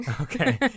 Okay